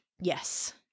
Yes